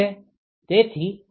તે શું છે